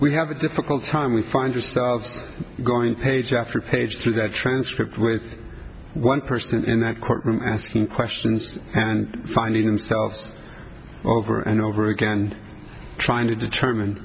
we have a difficult time we find her starts going page after page through that transcript with one person in that courtroom asking questions and finding themselves over and over again trying to determine